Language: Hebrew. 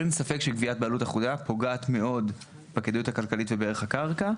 אין ספק שקביעת בעלות אחודה פוגעת מאוד בכדאיות הכלכלית ובערך הקרקע.